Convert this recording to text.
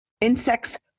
Insects